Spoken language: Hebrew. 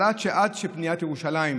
אבל עד בניית ירושלים,